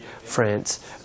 France